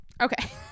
Okay